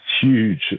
huge